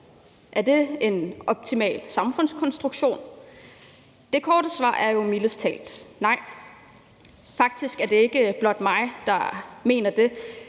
Er det en optimal samfundskonstruktion? Det korte svar er: Mildest talt nej! Faktisk er det ikke blot mig, der mener det.